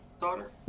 daughter